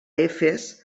efes